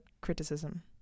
criticism